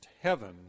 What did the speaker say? heaven